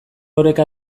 oreka